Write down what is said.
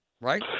Right